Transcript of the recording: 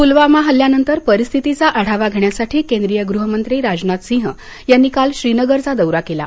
पुलवामा हल्ल्यानंतर परिस्थितीचा आढावा घेण्यासाठी राजनाथ सिंह यांनी काल श्रीनगरचा दौरा केला